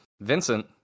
Vincent